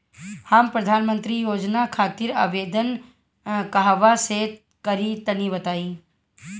हम प्रधनमंत्री योजना खातिर आवेदन कहवा से करि तनि बताईं?